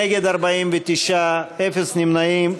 נגד, 49, אפס נמנעים.